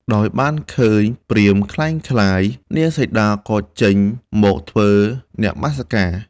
ដោយបានឃើញព្រាហ្មណ៍ក្លែងក្លាយ នាងសីតាក៏ចេញមកធ្វើនមស្ការ។